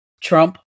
Trump